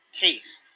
case